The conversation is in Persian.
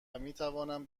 میتوانم